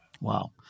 Wow